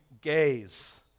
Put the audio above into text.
gaze